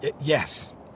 Yes